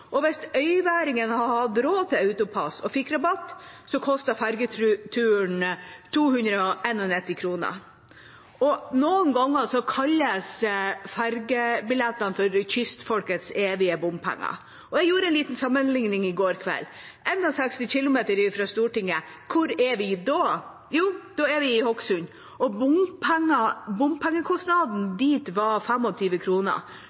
Hvis øyværingen hadde hatt råd til AutoPASS og fått rabatt, koster fergeturen 291 kr. Noen ganger kalles fergebillettene for kystfolkets evige bompenger. Jeg gjorde en liten sammenlikning i går kveld – 61 kilometer fra Stortinget. Hvor er vi da? Jo, da er vi i Hokksund, og